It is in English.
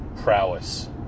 Prowess